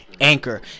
Anchor